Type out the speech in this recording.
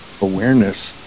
awareness